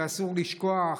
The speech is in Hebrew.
ואסור לשכוח,